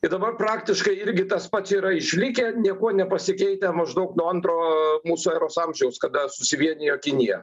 ir dabar praktiškai irgi tas pats yra išlikę niekuo nepasikeitę maždaug nuo antro mūsų eros amžiaus kada susivienijo kinija